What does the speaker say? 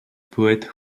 poète